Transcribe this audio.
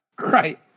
right